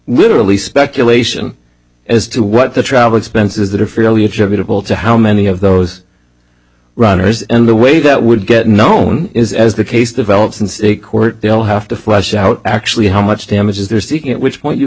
literally speculation as to what the travel expenses that are fairly attributable to how many of those runners and the way that would get known is as the case develops and the court will have to flesh out actually how much damages they're seeking at which point you